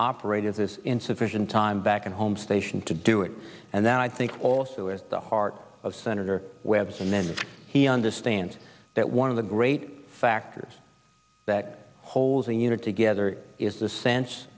operate as is insufficient time back at home station to do it and then i think also at the heart of senator webb's and then he understands that one of the great factors that holds the unit together is the sense